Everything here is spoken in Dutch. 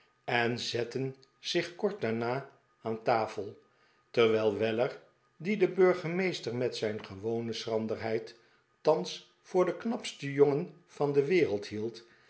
en zetten zich kort daarna aan tafel terwijl weller dien de burgemeester met zijn gewone schranderheid thans voor den knapsten jongen van de wereld hield